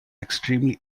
extremely